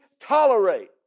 tolerate